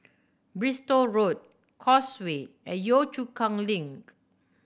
Bristol Road Causeway and Yio Chu Kang Link